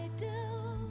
do